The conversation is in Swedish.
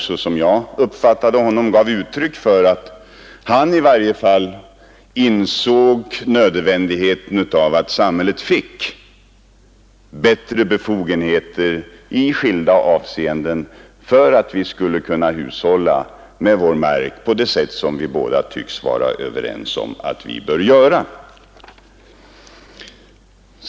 Som jag uppfattade honom gav han också uttryck för att han insåg nödvändigheten av att samhället fick större befogenheter i skilda avseenden för att vi skall kunna hushålla med vår mark på det sätt som vi båda tycks vara överens om att vi bör göra.